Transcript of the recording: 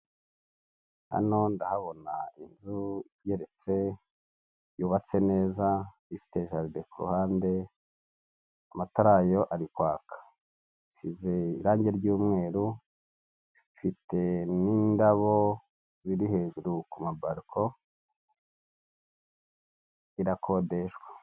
Hano ndahabona inzu igeretse yubatse neza ifite jaride ku ruhande, amatara yayo ari kwaka, isize irange ry'umweru ifite n'indabo ziri hejuru kuma bariko irakodeshwa.